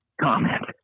comment